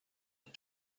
and